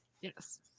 Yes